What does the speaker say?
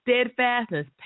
steadfastness